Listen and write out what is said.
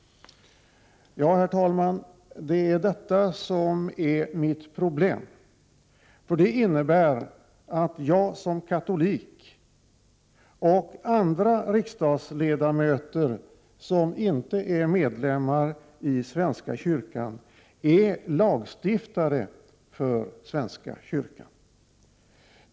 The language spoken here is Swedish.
Ja, herr talman, det är detta som är mitt problem. Det innebär nämligen att jag som katolik, och andra riksdagsledamöter som inte är medlemmar av svenska kyrkan, är lagstiftare för svenska kyrkan.